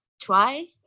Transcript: try